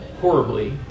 horribly